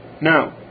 Now